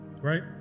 right